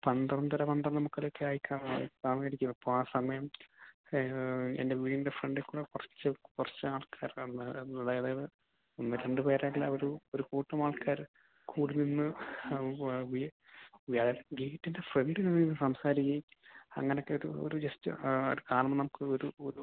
പന്ത്രണ്ടര പന്ത്രണ്ടേ മുക്കാൽ ഒക്കെ ആയി കാണും ആയിരിക്കും അപ്പം ആ സമയം എൻ്റെ വീടിൻ്റെ ഫ്രണ്ടിൽ കൂടി കുറച്ച് കുറച്ച് ആൾക്കാരെ അതായത് ഒന്ന് രണ്ട് പേരെ എല്ലാവരും ഒരു കൂട്ടമാൾക്കാർ കൂടി നിന്ന് ഗേറ്റിൻ്റെ ഫ്രണ്ടെ നിന്ന് സംസാരിക്കേം അങ്ങനൊക്കെ ഒരു ഒരു ജെസ്റ്റ് അത് കാണുമ്പം നമുക്ക് ഒരു ഒരു